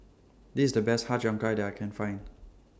This IS The Best Har Cheong Gai that I Can Find